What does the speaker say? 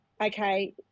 okay